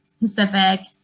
Pacific